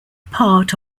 part